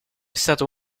stato